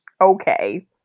okay